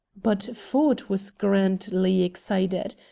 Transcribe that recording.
but ford was grandly excited.